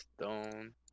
Stone